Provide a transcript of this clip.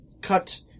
cut